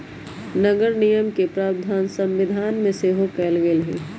नगरनिगम के प्रावधान संविधान में सेहो कयल गेल हई